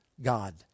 God